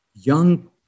young